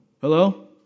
Hello